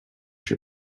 się